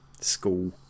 school